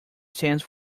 stands